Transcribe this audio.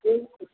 କାଇଁକି